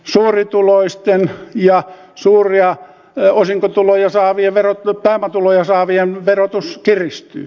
suurituloisten ja suuria osinkotuloja saavien pääomatuloja saavien verotus kiristyy